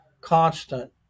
constant